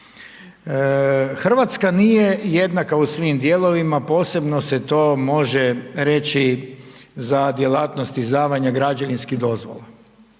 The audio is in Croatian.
Hrvatska nije jednaka u svim dijelovima. Posebno se to može reći za djelatnost izdavanja građevinskih dozvola.